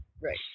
Right